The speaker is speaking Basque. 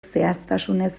zehaztasunez